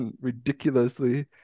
ridiculously